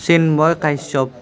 Chinmoy Kashyap